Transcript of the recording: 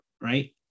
right